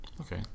Okay